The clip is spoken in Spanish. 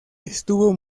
estuvo